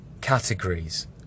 categories